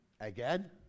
again